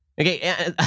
Okay